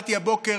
ששאלתי גם הבוקר